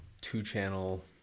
two-channel